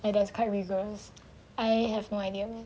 and that's quite reserve I have no idea